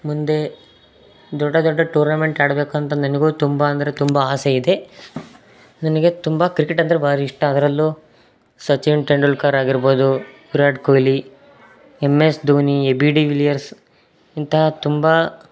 ಮುಂದೆ ದೊಡ್ಡ ದೊಡ್ಡ ಟೂರ್ನಮೆಂಟ್ ಆಡಬೇಕಂತ ನನಗೂ ತುಂಬ ಅಂದರೆ ತುಂಬ ಆಸೆ ಇದೆ ನನಗೆ ತುಂಬ ಕ್ರಿಕೆಟ್ ಅಂದರೆ ಭಾರೀ ಇಷ್ಟ ಅದರಲ್ಲೂ ಸಚಿನ್ ಟೆಂಡೂಲ್ಕರ್ ಆಗಿರ್ಬೋದು Virat Kohli M S Dhoni A B de Villiers ಇಂಥ ತುಂಬ